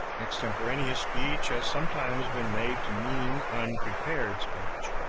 extemporaneous speech has sometimes been made to mean unprepared speech,